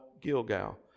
Gilgal